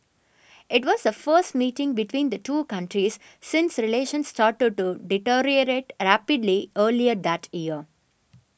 it was a first meeting between the two countries since relations started to deteriorate rapidly earlier that year